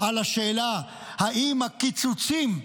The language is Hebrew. על השאלה אם הקיצוצים,